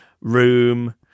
room